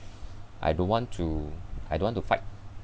I don't want to I don't want to fight